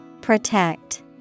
Protect